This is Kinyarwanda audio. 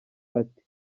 ati